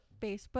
Facebook